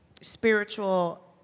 spiritual